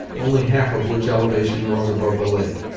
only half of which elevation rose above the lake.